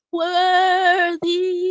worthy